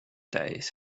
days